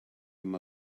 him